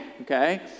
okay